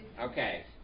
okay